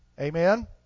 Amen